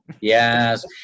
yes